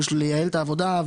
בשביל לייעל את העבודה.